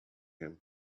him